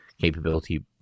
capability